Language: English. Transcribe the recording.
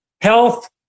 health